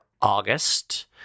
August